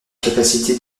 capacité